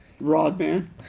Rodman